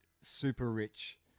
super-rich